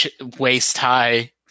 waist-high